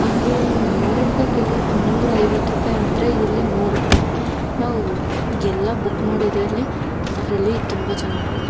ಅಲ್ಲಿ ನೂರು ರೂಪಾಯಿ ಕೇಳಿ ನೂರೈವತ್ತು ರೂಪಾಯಿ ಅಂದರೆ ಇಲ್ಲಿ ನೂರು ರೂಪಾಯಿ ನಾವು ಎಲ್ಲ ಬುಕ್ ಮಾಡೊದ್ರಲ್ಲಿ ಅದರಲ್ಲಿ ತುಂಬ ಚೆನ್ನಾಗಿರುತ್ತೆ